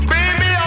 Baby